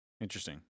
interesting